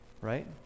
right